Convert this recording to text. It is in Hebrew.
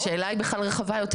השאלה היא רחבה יותר.